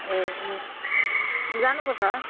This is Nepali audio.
ए जानुपर्छ